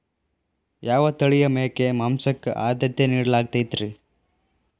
ಯಾವ ತಳಿಯ ಮೇಕೆ ಮಾಂಸಕ್ಕ, ಆದ್ಯತೆ ನೇಡಲಾಗತೈತ್ರಿ?